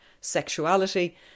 sexuality